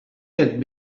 had